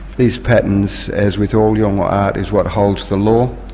these patterns, as with all yolngu art, is what holds the law,